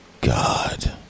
God